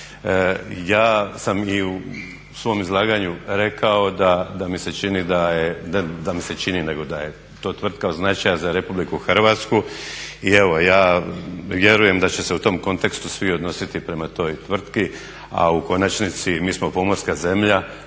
Ja sam i u svom izlaganju rekao da mi se čini da je, ne da mi se čini, nego da je to tvrtka od značaja za RH i evo ja vjerujem da će se u tom kontekstu svi odnositi prema toj tvrtki. A u konačnici mi smo pomorska zemlja